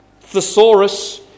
thesaurus